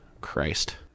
Christ